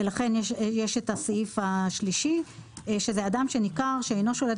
ולכן יש את הסעיף השלישי שזה אדם שניכר שאינו שולט